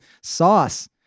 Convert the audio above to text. sauce